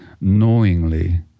knowingly